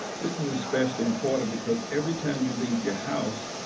this is especially important, because every time you leave your house,